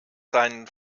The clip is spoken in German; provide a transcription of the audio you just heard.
seinen